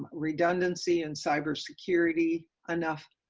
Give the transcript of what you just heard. redundancy and cyber security enough,